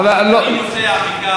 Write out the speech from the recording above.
חבר הכנסת,